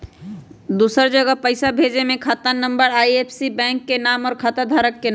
दूसरा जगह पईसा भेजे में खाता नं, आई.एफ.एस.सी, बैंक के नाम, और खाता धारक के नाम?